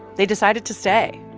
they decided to stay.